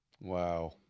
Wow